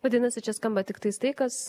vadinasi čia skamba tiktais tai kas